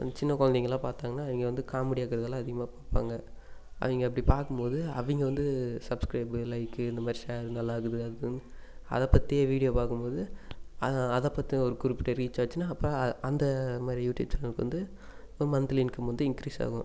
சின்ன குழந்தைங்கலாம் பார்த்தாங்கன்னா அவங்க வந்து காமெடியாக இருக்கிறதயெல்லாம் அதிகமாக பார்ப்பாங்க அவங்க அப்படி பார்க்கும்போது அவங்க வந்து சப்ஸ்க்ரைப்பு லைக்கு இந்த மாதிரி ஷேரு நல்லா இருக்குது அதைப் பற்றியே வீடியோ பார்க்கும்போது அதை அதைப்பாத்துன குறிப்பிட்டு ரீச் ஆச்சுன்னால் அப்போ அந்த மாதிரி யூடியூப் சேனலுக்கு வந்து மந்த்லி இன்கம் வந்து இன்க்ரீசாகும்